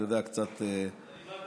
אתה יודע,